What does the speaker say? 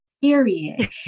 Period